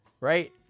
Right